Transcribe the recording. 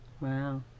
Wow